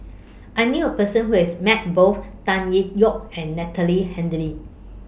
I knew A Person Who has Met Both Tan Tee Yoke and Natalie